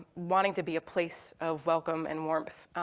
wanting to be a place of welcome and warmth.